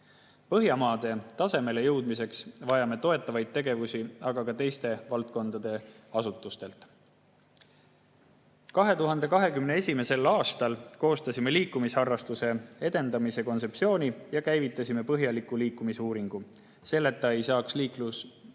Põhjamaade tasemele jõudmiseks vajame toetavaid tegevusi aga ka teiste valdkondade asutustelt. 2021. aastal koostasime liikumisharrastuse edendamise kontseptsiooni ja käivitasime põhjaliku liikumisuuringu. Selleta ei saaks